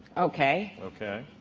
okay? okay.